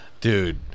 dude